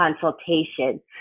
consultation